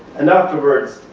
and afterwards,